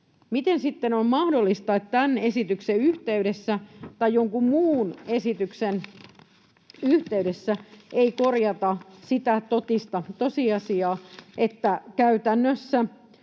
Miten sitten on mahdollista, että tämän esityksen yhteydessä tai jonkun muun esityksen yhteydessä ei korjata sitä totista tosiasiaa, että käytännössä